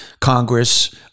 Congress—